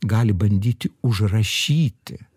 gali bandyti užrašyti